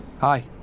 Hi